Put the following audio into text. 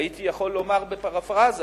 הייתי יכול לומר בפרפראזה: